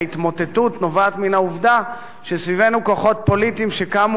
ההתמוטטות נובעת מן העובדה שסביבנו כוחות פוליטיים שקמו,